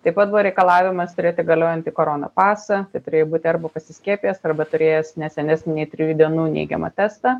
taip pat buvo reikalavimas turėti galiojantį korona pasą tai turėjai būti arba pasiskiepijęs arba turėjęs ne senesnį nei trijų dienų neigiamą testą